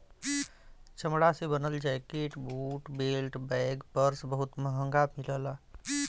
चमड़ा से बनल jacket, boot, belt, bag, purse बहुत महंग मिलला